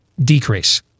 decrease